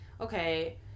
okay